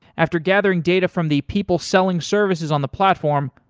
after gathering data from the people selling services on the platform,